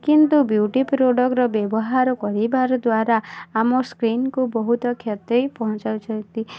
କିନ୍ତୁ ବିୟୁଟି ପ୍ରଡ଼କ୍ଟ୍ର ବ୍ୟବହାର କରିବାର ଦ୍ଵାରା ଆମ ସ୍କିନ୍କୁ ବହୁତ କ୍ଷତି ପହଞ୍ଚାଉଛନ୍ତି